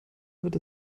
wird